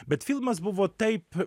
bet filmas buvo taip